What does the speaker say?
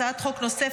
הצעת חוק נוספת,